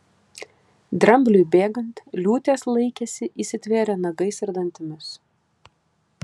drambliui bėgant liūtės laikėsi įsitvėrę nagais ir dantimis